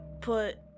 put